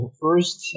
first